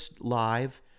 live